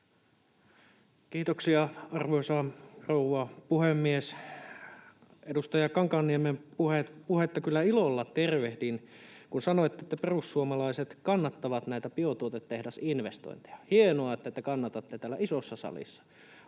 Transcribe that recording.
Kiitoksia, arvoisa rouva puhemies! Edustaja Kankaanniemen puhetta kyllä ilolla tervehdin, kun sanoitte, että perussuomalaiset kannattavat näitä biotuotetehdasinvestointeja. Hienoa, että te kannatatte täällä isossa salissa,